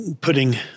putting